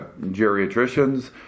geriatricians